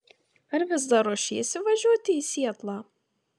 ar vis dar ruošiesi važiuoti į sietlą